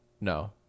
no